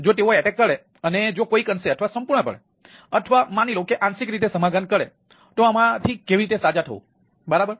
જો તેઓ હુમલો કરે અને જો કંઈક અંશે અથવા સંપૂર્ણપણે અથવા આંશિક રીતે સમાધાન કરે તો આમાંથી કેવી રીતે સાજા થવું બરાબર